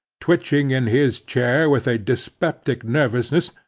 twitching in his chair with a dyspeptic nervousness,